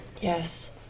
Yes